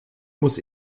muss